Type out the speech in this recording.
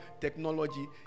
technology